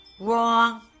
Wrong